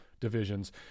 divisions